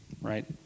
right